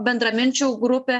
bendraminčių grupę